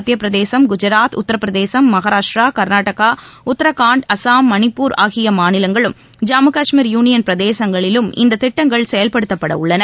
மத்தியப்பிரதேசம் குஜராத் உத்தரப்பிரதேசம் மகாராஷ்டிரா கர்நாடகா உத்தரகாண்ட் அசாம் மணிப்பூர் ஆகிய மாநிலங்களிலும் ஜம்மு காஷ்மீர் யூனியன் பிரதேசத்திலும் இந்த திட்டங்கள் செயல்படுத்தப்படவுள்ளன